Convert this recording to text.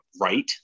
right